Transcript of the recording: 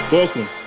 Welcome